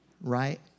right